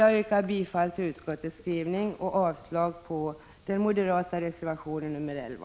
Jag yrkar bifall till hemställan i utskottsbetänkandet och avslag på den moderata reservationen 11.